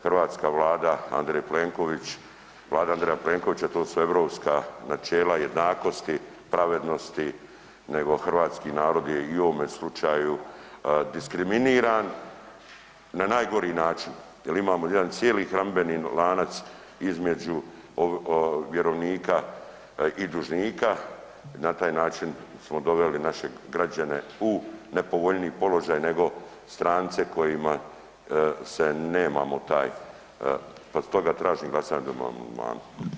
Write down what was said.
Hrvatska Vlada Andrej Plenković, Vlada Andreja Plenkovića to su europska načela jednakosti, pravednosti nego hrvatski narod je i u ovome slučaju diskriminiran na najgori način jer imamo jedan cijeli hranidbeni lanac između vjerovnika i dužnika i na taj način smo doveli naše građane u nepovoljniji položaj nego strance kojima se nemamo taj, pa stoga tražim glasanje o ovom amandmanu.